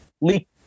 leak